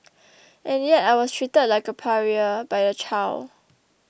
and yet I was treated like a pariah by a child